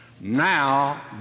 Now